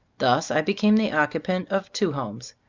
thus i became the occupant of two homes,